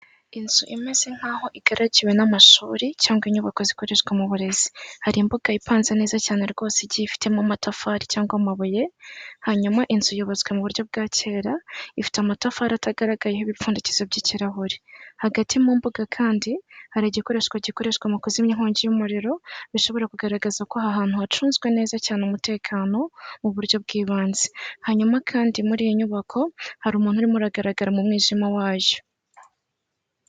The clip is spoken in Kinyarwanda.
Inzu imeze nk'aho igaragiwe n'amashuri, cyangwa inyubako zikoreshwa mu burezi, hari imbuga yipanze neza cyane rwose , igiye ifitemo amatafari cyangwa amabuye, hanyuma inzu yubatswe mu buryo bwa kera , ifite amatafari atagaragayeho ibipfundikizo by'ikirahuri, hagati mu mbuga kandi hari igikoresho gikoreshwa mu kuzimya inkongi y'umururo bishobora kugaragaza ko aha hantu hacunzwe neza umutekano mu buryo w'ibanzi, hanyuma kandi muri iyi nyubako hari umuntu urimo uragaragara mu mwijima wayo.